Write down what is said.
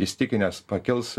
įsitikinęs pakils